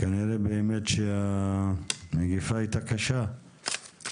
כנראה שהמגיפה הייתה קשה וגרמה